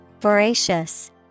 Voracious